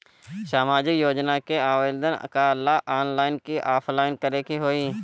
सामाजिक योजना के आवेदन ला ऑनलाइन कि ऑफलाइन करे के होई?